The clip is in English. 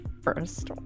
first